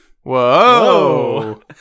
Whoa